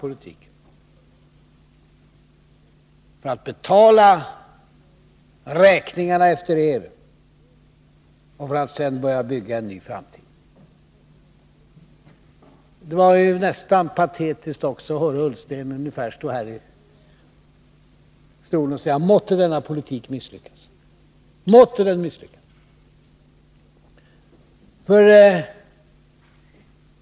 Vi måste göra det för att betala räkningarna efter er och för att sedan börja bygga en ny framtid. Det var nästan patetiskt också att höra Ola Ullsten stå här i talarstolen och säga ungefär: Måtte denna politik misslyckas!